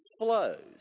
flows